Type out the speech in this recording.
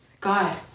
God